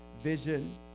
Vision